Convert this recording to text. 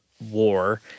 war